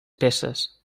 peces